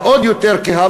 ועוד יותר כהה,